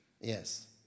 Yes